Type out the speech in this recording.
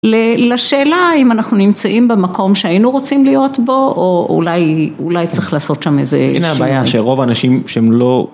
לשאלה אם אנחנו נמצאים במקום שהיינו רוצים להיות בו או אולי, אולי צריך לעשות שם איזה הנה הבעיה שרוב האנשים שהם לא